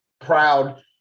proud